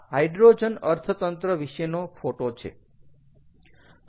તો આ હાઈડ્રોજન અર્થતંત્ર વિશેનો ફોટો છે